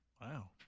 Wow